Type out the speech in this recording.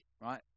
right